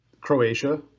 Croatia